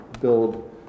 build